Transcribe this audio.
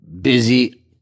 busy